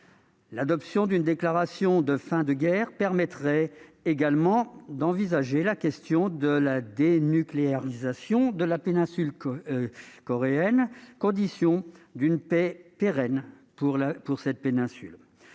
L'adoption d'une déclaration de fin de la guerre permettrait également d'aborder la question de la dénucléarisation de la péninsule coréenne, condition d'une paix pérenne. En effet, si la